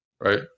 Right